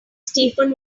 steven